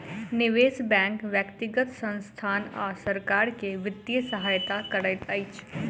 निवेश बैंक व्यक्तिगत संसथान आ सरकार के वित्तीय सहायता करैत अछि